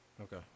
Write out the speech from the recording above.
Okay